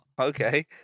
Okay